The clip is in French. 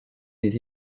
des